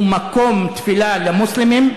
הוא מקום תפילה למוסלמים,